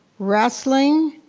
wrestling,